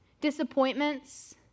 disappointments